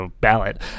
ballot